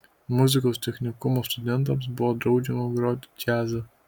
muzikos technikumo studentams buvo draudžiama groti džiazą